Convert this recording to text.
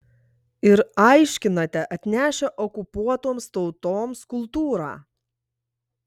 ir aiškinate atnešę okupuotoms tautoms kultūrą